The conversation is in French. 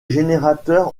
générateurs